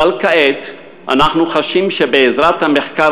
אבל כעת אנחנו חשים שבעזרת המחקר,